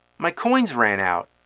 my coins ran out!